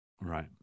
Right